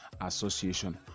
association